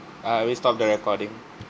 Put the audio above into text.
err we stop the recording